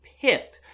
Pip